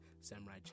Samurai